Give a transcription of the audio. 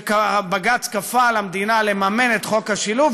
כשבג"ץ כפה על המדינה לממן את חוק השילוב,